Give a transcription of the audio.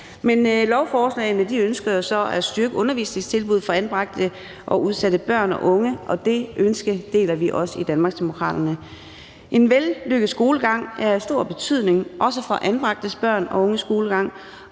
med lovforslagene ønsker man at styrke undervisningstilbuddet for anbragte og udsatte børn og unge, og det ønske deler vi også i Danmarksdemokraterne. En vellykket skolegang er af stor betydning, også for anbragte børn og unges skolegang,